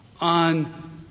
on